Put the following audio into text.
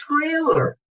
trailer